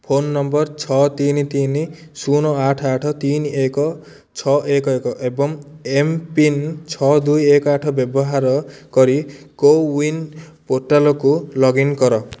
phone number ଛଅ ତିନି ତିନି ଶୂନ ଆଠ ଆଠ ଆଠ ତିନି ଏକ ଛଅ ଏକ ଏକ ଏବଂ ଏମ୍ ପିନ୍ ଛଅ ଦୁଇ ଏକ ଆଠ ବ୍ୟବହାର କରି କୋୱିନ୍ ପୋର୍ଟାଲକୁ ଲଗ୍ଇନ୍ କର